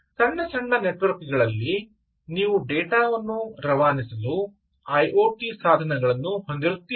ಸಣ್ಣ ಸಣ್ಣ ನೆಟ್ವರ್ಕ್ ಗಳಲ್ಲಿ ನೀವು ಡೇಟಾ ವನ್ನು ರವಾನಿಸಲು ಐಒಟಿ ಸಾಧನಗಳನ್ನು ಹೊಂದಿರುತ್ತಿರಿ